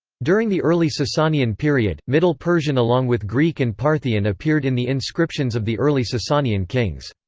during the early sasanian period, middle persian along with greek and parthian appeared in the inscriptions of the early sasanian kings.